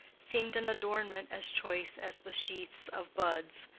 seemed an adornment as choice as the sheaths of buds.